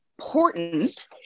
important